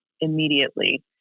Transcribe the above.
immediately